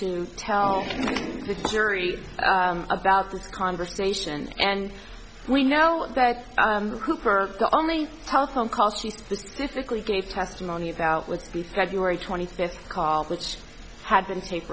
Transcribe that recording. to tell the jury about this conversation and we know that cooper the only telephone call she specifically gave testimony about would be february twenty fifth calls which had been tape